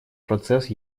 процесс